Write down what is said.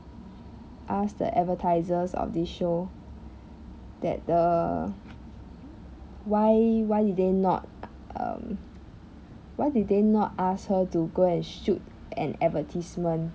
ask the advertisers of this show that the why why did they not um why did they not ask her to go and shoot an advertisement